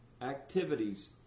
activities